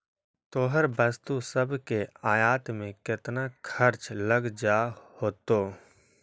तोहर वस्तु सब के आयात में केतना खर्चा लग जा होतो?